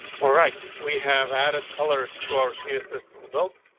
all right. we have added colors to our series is still built.